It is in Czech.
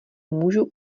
můžu